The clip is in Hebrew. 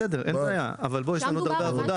בסדר, אין בעיה, אבל בוא, יש לנו עוד הרבה עבודה.